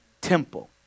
temple